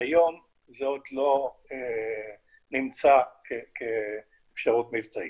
היום זה עוד לא נמצא כאפשרות מבצעית.